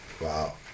Wow